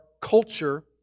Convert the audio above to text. culture